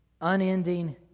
unending